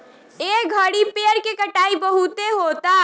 ए घड़ी पेड़ के कटाई बहुते होता